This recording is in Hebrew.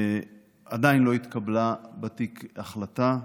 עדיין לא התקבלה בתיק החלטה.